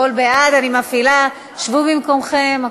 שבו במקומכם.